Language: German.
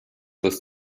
das